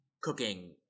cooking